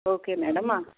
okay madam